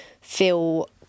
feel